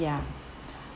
ya